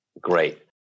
Great